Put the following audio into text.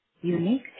unique